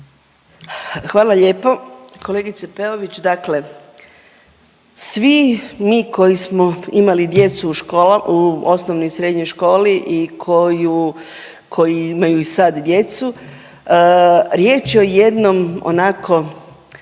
Hvala lijepo kolegice Peović. Dakle svi mi koji smo imali djecu u .../nerazumljivo/... u osnovnoj i srednjoj školi i koju, koji imaju i sad djecu, riječ je o jednom, onako,